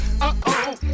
Uh-oh